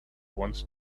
once